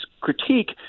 critique